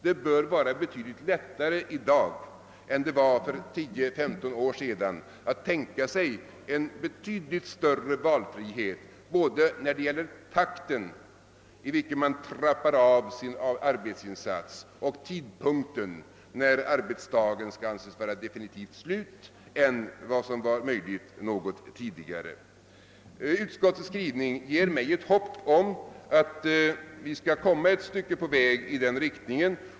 Det bör vara betydligt lättare i dag än det var för 10—15 år sedan att tänka sig en betydligt större valfrihet både när det gäller takten, i vilken man trappar av sin arbetsinsats, och tidpunkten när arbetsdagen skall anses vara definitivt slut. Utskottets skrivning ger mig ett hopp om att vi skall komma ett stycke på väg i den riktningen.